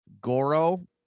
Goro